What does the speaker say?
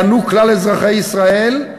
ייהנו כלל אזרחי ישראל.